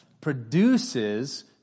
produces